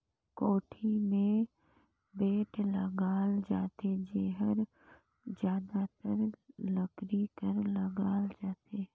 कोड़ी मे बेठ लगाल जाथे जेहर जादातर लकरी कर लगाल जाथे